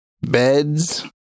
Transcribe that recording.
beds